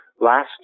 last